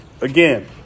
Again